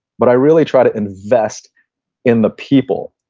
but i really try to invest in the people.